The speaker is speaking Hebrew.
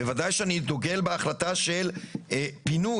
בוודאי שאני דוגל בהחלטה של פינוי,